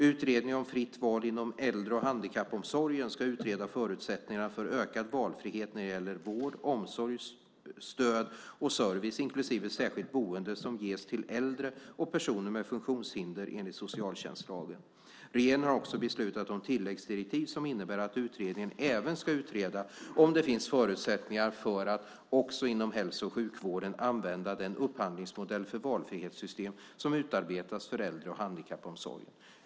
Utredningen om fritt val inom äldre och handikappomsorgen ska utreda förutsättningarna för ökad valfrihet när det gäller vård, omsorg, stöd och service inklusive särskilt boende som ges till äldre och personer med funktionshinder enligt socialtjänstlagen. Regeringen har också beslutat om tilläggsdirektiv som innebär att utredningen även ska utreda om det finns förutsättningar för att också inom hälso och sjukvården använda den upphandlingsmodell för valfrihetssystem som utarbetas för äldre och handikappomsorgen.